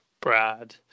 Brad